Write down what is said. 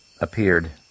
appeared